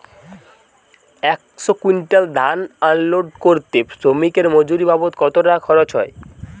একশো কুইন্টাল ধান আনলোড করতে শ্রমিকের মজুরি বাবদ কত টাকা খরচ হয়?